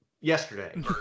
yesterday